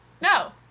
no